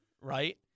right